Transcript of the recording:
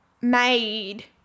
made –